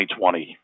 2020